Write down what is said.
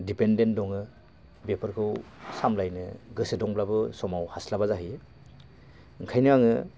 dependent दङो बेफोरखौ सामलायनो गोसो दंब्लाबो समाव हास्लाबा जाहैयो ओंखायनो आङो